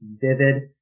vivid